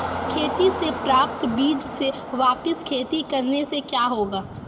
खेती से प्राप्त बीज से वापिस खेती करने से क्या होगा?